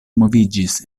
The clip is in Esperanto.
moviĝis